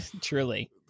Truly